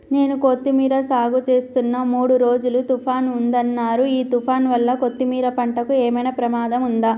నేను కొత్తిమీర సాగుచేస్తున్న మూడు రోజులు తుఫాన్ ఉందన్నరు ఈ తుఫాన్ వల్ల కొత్తిమీర పంటకు ఏమైనా ప్రమాదం ఉందా?